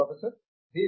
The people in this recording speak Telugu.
professor B